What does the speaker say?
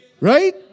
right